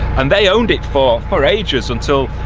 and they owned it for for ages until,